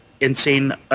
insane